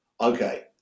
okay